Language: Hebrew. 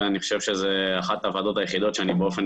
ואני חושב שזו אחת הוועדות היחידות שבאופן